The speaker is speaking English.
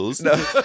No